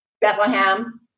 Bethlehem